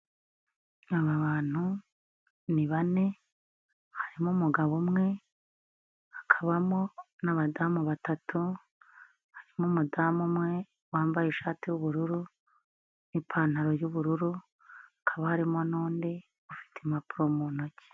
Aba bantu ni bane harimo: umugabo umwe, hakabamo n'abadamu batatu, hari n'umudamu umwe wambaye ishati y'ubururu n'ipantaro y'ubururu, hakaba harimo n'undi ufite impapuro mu ntoki.